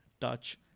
touch